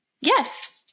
Yes